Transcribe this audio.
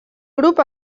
grup